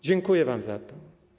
Dziękuję wam za to.